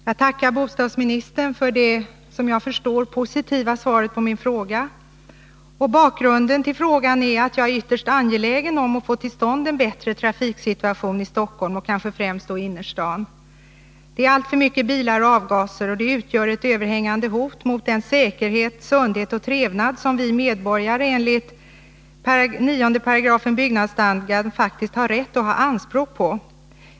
Herr talman! Jag tackar bostadsministern för det positiva svaret på min fråga. Bakgrunden till min fråga är att jag är ytterst angelägen om att man får till stånd en bättre trafiksituation i Stockholm och kanske främst då i innerstaden. Alltför mycket bilar och bilavgaser utgör ett överhängande hot mot säkerhet, sundhet och trevnad, vilket vi medborgare enligt 9§ byggnadsstadgan faktiskt har rätt att ha anspråk på.